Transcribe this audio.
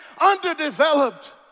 underdeveloped